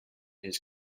his